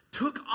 took